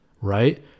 right